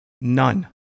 None